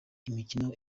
imikino